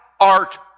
art